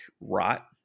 rot